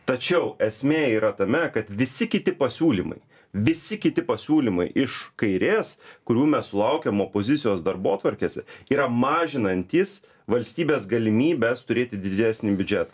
tačiau esmė yra tame kad visi kiti pasiūlymai visi kiti pasiūlymai iš kairės kurių mes sulaukiam opozicijos darbotvarkėse yra mažinantys valstybės galimybes turėti didesnį biudžetą